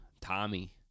tommy